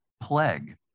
plague